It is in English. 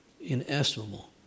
inestimable